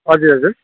हजुर हजुर